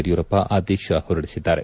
ಯಡಿಯೂರಪ್ಪ ಆದೇಶ ಹೊರಡಿಸಿದ್ದಾರೆ